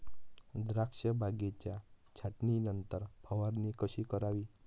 द्राक्ष बागेच्या छाटणीनंतर फवारणी कशी करावी?